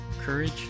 Courage